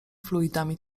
fluidami